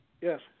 Yes